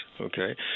okay